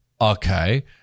okay